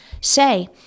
say